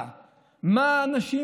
מה הן עשו רע?